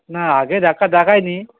না আগে ডাক্তার দেখাইনি